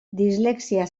dislexia